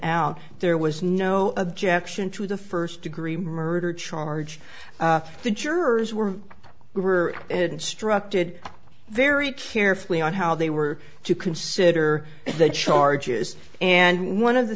out there was no objection to the first degree murder charge the jurors were who were instructed very carefully on how they were to consider the charges and one of the